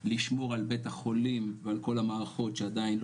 לשמור על בית החולים ועל כל המערכות שלא